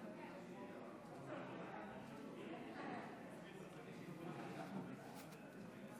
יש צפוניות שהן לא מצפון תל אביב.